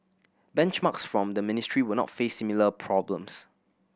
benchmarks from the ministry will not face similar problems